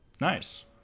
Nice